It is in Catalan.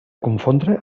confondre